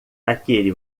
daquele